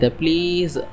please